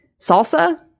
salsa